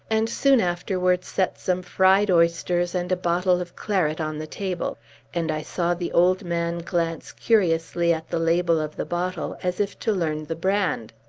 and soon afterwards set some fried oysters and a bottle of claret on the table and i saw the old man glance curiously at the label of the bottle, as if to learn the brand.